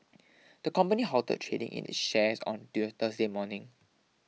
the company halted trading in its shares on till Thursday morning